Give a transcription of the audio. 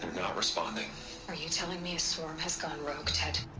not responding are you telling me a swarm has gone rogue, ted?